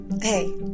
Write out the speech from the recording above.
Hey